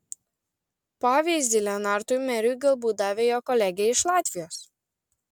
pavyzdį lenartui meriui galbūt davė jo kolegė iš latvijos